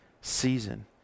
season